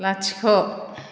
लाथिख'